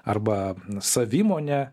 arba savimonė